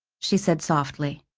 she said softly.